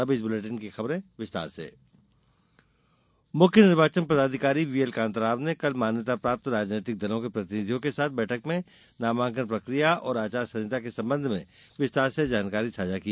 अब समाचार विस्तार से आयोग बैठक मुख्य निर्वाचन पदाधिकारी व्हीएल कान्ता राव ने कल मान्यता प्राप्त राजनीतिक दलों के प्रतिनिधियिं के साथ बैठक में नामांकन प्रकिया और आचार संहिता के संबंध में विस्तार से जानकारी साझा की